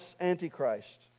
Antichrist